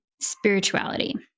spirituality